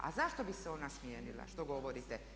A zašto bi se ona smijenila što govorite?